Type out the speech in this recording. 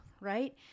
Right